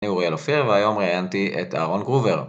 אני אוריאל אופיר והיום ראיינתי את אהרון גרובר